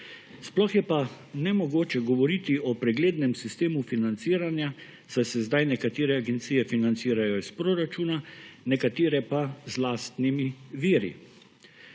Sploh je pa nemogoče govoriti o preglednem sistemu financiranja, saj se sedaj nekatere agencije financirajo iz proračuna, nekatere pa z lastnimi viri.